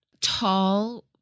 Tall